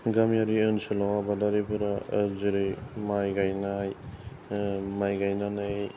गामियारि ओनसोलाव आबादारिफोरा जेरै माइ गायनाय माइ गायनानै